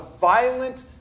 violent